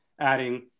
adding